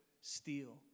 steal